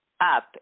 up